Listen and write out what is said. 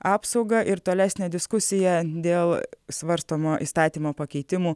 apsaugą ir tolesnę diskusiją dėl svarstomo įstatymo pakeitimų